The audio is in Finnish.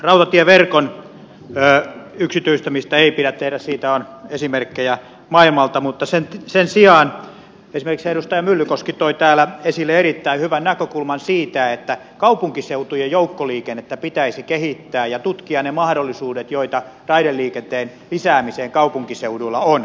rautatieverkon yksityistämistä ei pidä tehdä siitä on esimerkkejä maailmalta mutta sen sijaan esimerkiksi edustaja myllykoski toi täällä esille erittäin hyvän näkökulman siitä että kaupunkiseutujen joukkoliikennettä pitäisi kehittää ja tutkia ne mahdollisuudet joita raideliikenteen lisäämiseen kaupunkiseuduilla on